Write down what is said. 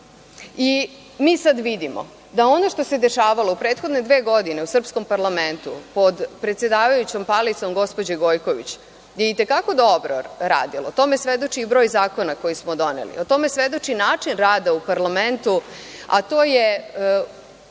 sada vidimo, da ono što se dešavalo u prethodne dve godine u srpskom parlamentu pod predsedavajućom palicom gospođe Gojković i te kako dobro radilo, o tome svedoči broj zakona koje smo doneli, o tome svedoči način rada u parlamentu, a to je